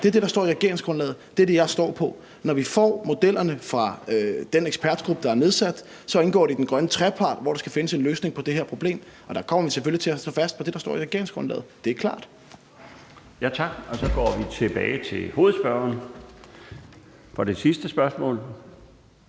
Det er det, der står i regeringsgrundlaget. Det er det, jeg står på. Når vi får modellerne fra den ekspertgruppe, der er nedsat, indgår de i den grønne trepartsforhandling, hvor der skal findes en løsning på det her problem, og der kommer vi selvfølgelig til at stå fast på det, der står i regeringsgrundlaget. Det er klart. Kl. 14:07 Den fg. formand (Bjarne Laustsen): Tak. Så går vi tilbage til hovedspørgeren for det sidste spørgsmål.